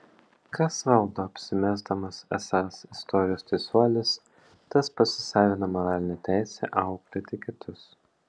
kas valdo apsimesdamas esąs istorijos teisuolis tas pasisavina moralinę teisę auklėti kitus